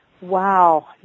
Wow